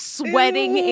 sweating